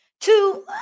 Two